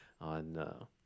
on